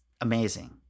amazing